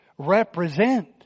represent